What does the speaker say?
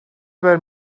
were